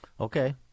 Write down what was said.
Okay